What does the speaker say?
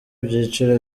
ibyiciro